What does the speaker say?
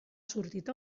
sortit